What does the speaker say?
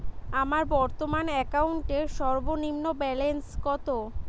আমার বর্তমান অ্যাকাউন্টের সর্বনিম্ন ব্যালেন্স কত?